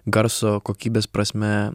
garso kokybės prasme